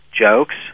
jokes